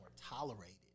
tolerated